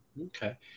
Okay